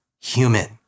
human